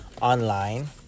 online